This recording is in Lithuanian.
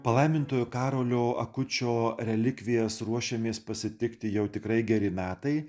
palaimintojo karolio akučio relikvijas ruošiamės pasitikti jau tikrai geri metai